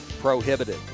prohibited